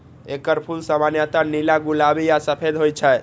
एकर फूल सामान्यतः नीला, गुलाबी आ सफेद होइ छै